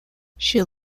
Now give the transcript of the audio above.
she